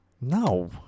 No